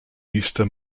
easter